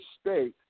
state